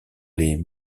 les